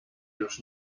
już